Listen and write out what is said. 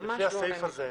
לפי הסעיף הזה,